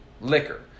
liquor